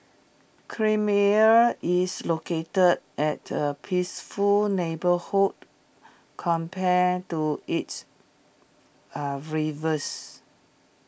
creamier is located at A peaceful neighbourhood compared to its A rivals